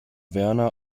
werner